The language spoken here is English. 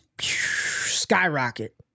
Skyrocket